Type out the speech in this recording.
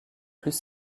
plus